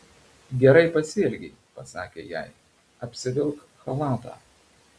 gerai pasielgei pasakė jai apsivilk chalatą